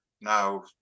now